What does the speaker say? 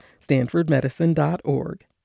stanfordmedicine.org